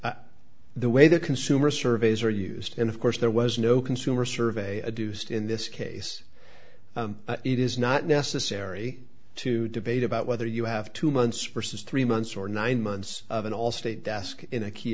record the way the consumer surveys are used and of course there was no consumer survey a deuced in this case it is not necessary to debate about whether you have two months versus three months or nine months of an allstate desk in a key